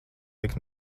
tik